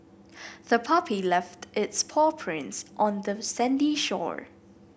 the puppy left its paw prints on the sandy shore